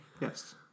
Yes